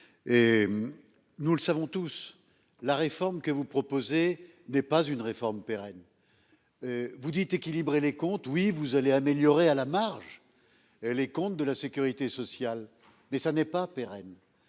Nous le savons tous, la réforme que vous proposez n'est pas une réforme pérenne. Vous dites équilibrer les comptes. Oui, vous allez améliorer à la marge. Les comptes de la Sécurité sociale mais ça n'est pas pérenne